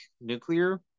nuclear